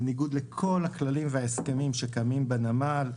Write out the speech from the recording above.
בניגוד לכל הכללים וההסכמים שקמים בנמל,